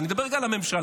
אני מדבר רגע לממשלה: